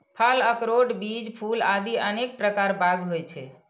फल, अखरोट, बीज, फूल आदि अनेक प्रकार बाग होइ छै